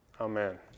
Amen